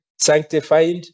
sanctified